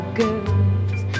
girls